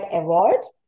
awards